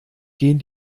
gehen